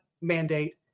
mandate